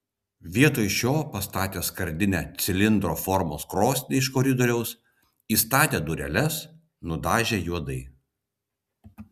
vietoj šio pastatė skardinę cilindro formos krosnį iš koridoriaus įstatė dureles nudažė juodai